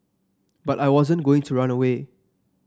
but I wasn't going to run away